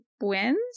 wins